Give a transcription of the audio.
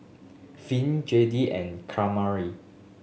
Finn Jadiel and Kamari